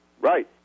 Right